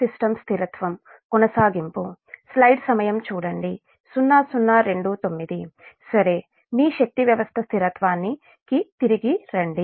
సరే మీ శక్తి వ్యవస్థ స్థిరత్వానికి తిరిగి రండి